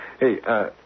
Hey